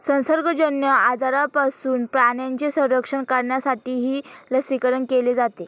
संसर्गजन्य आजारांपासून प्राण्यांचे संरक्षण करण्यासाठीही लसीकरण केले जाते